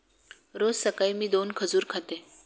रोज सकाळी मी दोन खजूर खाते